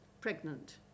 pregnant